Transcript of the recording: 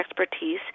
expertise